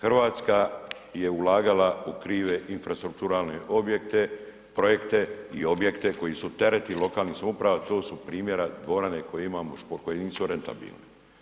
Hrvatska je ulagala u krive infrastrukturalne objekte, projekte i objekte koji su teret i lokalnih samouprava, to su primjera dvorane koje imamo, koje nisu rentabilne.